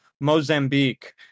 Mozambique